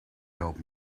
help